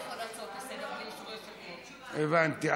הבנתי.